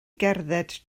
gerdded